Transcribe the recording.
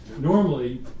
normally